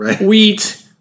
wheat